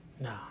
No